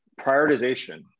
prioritization